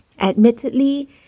Admittedly